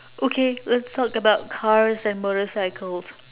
okay let's talk about cars and motorcycles